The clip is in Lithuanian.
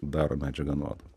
daro medžiagą nuodu